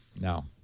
No